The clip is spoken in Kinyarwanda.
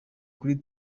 kuri